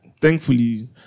thankfully